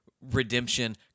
redemption